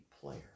player